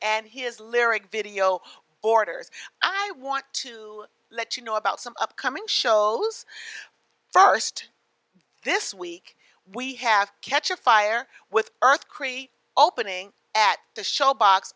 and his lyric video orders i want to let you know about some upcoming shows st this week we have catch a fire with earth creek opening at the showbox